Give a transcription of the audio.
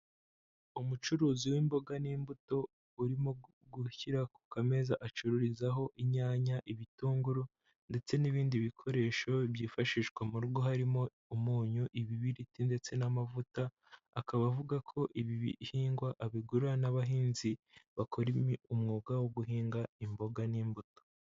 Umucuruzi w'imboga n'imbuto urimo gushyira ku kameza acururizaho inyanya, ibitunguru ndetse n'ibindi bikoresho byifashishwa mu rugo harimo umunyu, ibibiriti ndetse n'amavuta, akaba avuga ko ibi bihingwa abigura n'abahinzi bakora umwuga wo guhinga imboga n'imbuto.